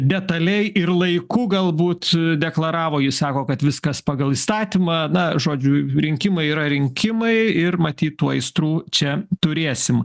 detaliai ir laiku galbūt deklaravo jis sako kad viskas pagal įstatymą na žodžiu rinkimai yra rinkimai ir matyt tuo aistrų čia turėsim